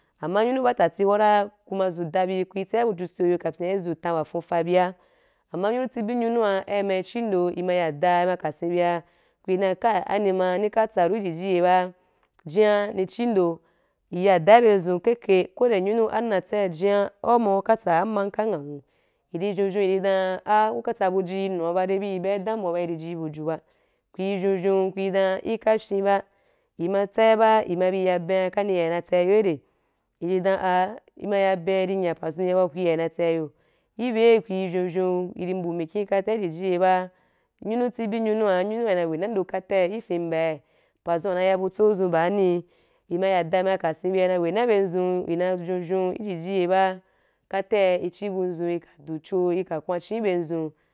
Ama nyunu batati hora ku ma zu da bi ku ri tsa buju i so yo kafia i zu tan wa fuufa bia ama nyunu atsibi nyunu ai ma chi ndo i ma ya da i ma ka sen bia ku i dan kai ami ma ni ka tsaru i jiji ye ba jia ni chi i ndo i ya da i bye zun kaí kaí ko wende nyunu am nna tsai jia au ma uka tsa am ma nka ngha nwu ī ri vyou vyou i ri dan ah uka tsa buju yi nua bade buí i ba damuwa ba i di ji buju ba ku i vyou vyou ku i dan i ka fyen ba i ma tsai ba í ma bi ya ben’a a kani í ya na tsai yo rai í ri da ah i dan i ma ya ben’a i ri nya pazun i ya na tsai yo i byea ku i vyon vyon i ri mpuu mikin katai i jiji ye ba anyunu tsibi nyunua, anyunu i na we nando katai i fen mbai pa zun wa na ya butso zun ba ani i ma ya da ma ka sen bia i na we na bye dzun i na vyon vyon i jiji ye ba kata í chi abu adzun i kata du cho i. Ka kwan’a chín i bye zun.